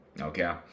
okay